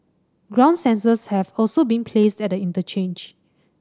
ground sensors have also been placed at the interchange